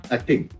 Acting